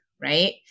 right